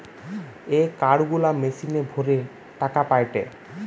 এ card গুলা মেশিনে ভরে টাকা পায়টে